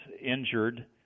injured